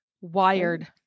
wired